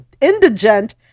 indigent